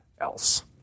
else